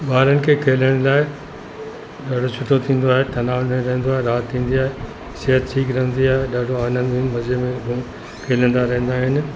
ॿारनि खे खेॾण लाइ ॾाढो सुठो थींदो आहे तनाउ न रहंदो आहे राति थींदी आहे सिहत ठीकु रहंदी आहे ॾाढो आनंद ई न मजे में उहो खेलंदा रहंदा आहिनि